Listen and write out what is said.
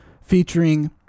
featuring